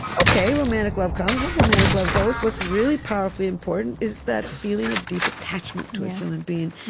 ok, romantic love comes, and romantic love goes. what's really powerfully important is that feeling of deep attachment to a human being.